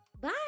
Bye